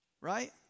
Right